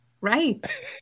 Right